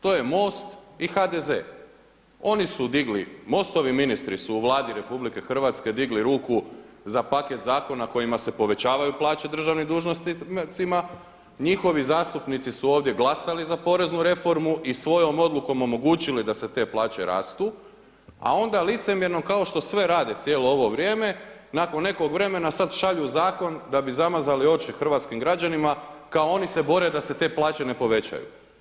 To je MOST i HDZ, oni su digli MOST-ovi ministri su u Vladi RH digli ruku za paket zakona kojima se povećavaju plaće državnim dužnicima, njihovi zastupnici su ovdje glasali za poreznu reformu i svojom odlukom omogućili da se te plaće rastu, a onda licemjerno kao što sve rade cijelo ovo vrijeme, nakon nekog vremena sada šalju zakon da bi zamazali oči hrvatskim građanima kao oni se bore da se te plaće ne povećaju.